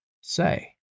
say